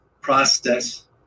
process